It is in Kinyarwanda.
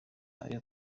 ayo